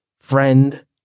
friend